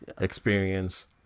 experience